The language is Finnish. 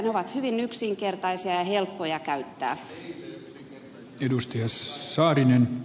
ne ovat hyvin yksinkertaisia ja helppoja käyttää